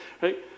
right